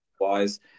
wise